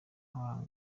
nta